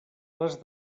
les